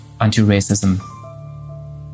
anti-racism